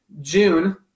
June